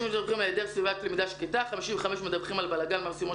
50% מדווחים על היעדר סביבת למידה שקטה,